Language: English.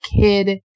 kid